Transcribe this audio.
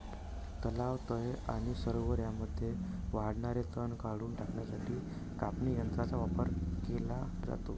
तलाव, तळी आणि सरोवरे यांमध्ये वाढणारे तण काढून टाकण्यासाठी कापणी यंत्रांचा वापर केला जातो